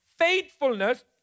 faithfulness